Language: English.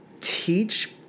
teach